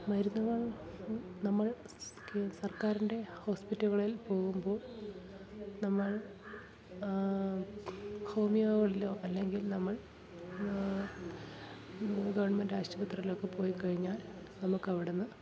മരുന്നുകൾ നമ്മൾ സർക്കാറിൻ്റെ ഹോസ്പിറ്റലുകളിൽ പോകുമ്പോൾ നമ്മൾ ഹോമിയോകളിലോ അല്ലെങ്കിൽ നമ്മൾ ഗവൺമെൻറ്റ് ആശുപത്രിയിലൊക്കെ പോയിക്കഴിഞ്ഞാൽ നമുക്കവിടെന്ന്